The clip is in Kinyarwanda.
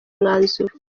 mwanzuro